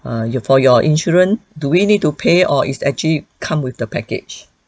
err you for your insurance do we need to pay or it's actually come with the package